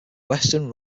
western